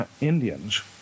Indians